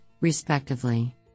respectively